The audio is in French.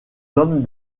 hommes